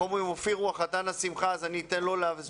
אופיר הוא חתן שמחה אז אני אתן לו להסביר.